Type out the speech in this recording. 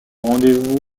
rendez